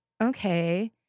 okay